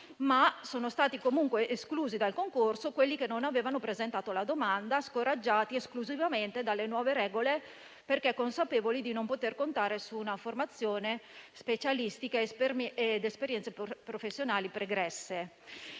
sono stati comunque esclusi dal concorso coloro che non avevano presentato la domanda, scoraggiati esclusivamente dalle nuove regole, perché consapevoli di non poter contare su una formazione specialistica ed esperienze professionali pregresse.